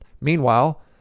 Meanwhile